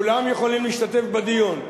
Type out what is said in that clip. כולם יכולים להשתתף בדיון,